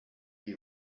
qui